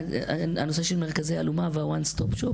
הנושא של מרכזי אלומה ו-One Stop Shop,